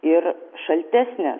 ir šaltesnė